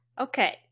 Okay